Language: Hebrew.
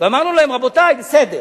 ואמרנו להם: רבותי, בסדר,